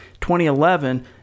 2011